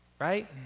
Right